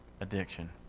addiction